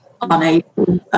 unable